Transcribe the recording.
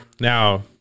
now